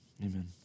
amen